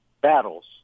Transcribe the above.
battles